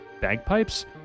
bagpipes